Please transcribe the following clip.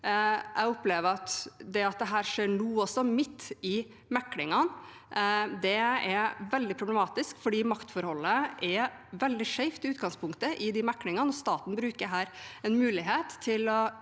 Jeg opplever at det at dette skjer nå, altså midt i meklingen, er veldig problematisk, fordi maktforholdet er veldig skjevt i utgangspunktet i de meklingene. Staten bruker her en mulighet til å